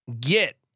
get